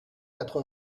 quatre